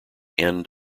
end